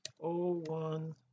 01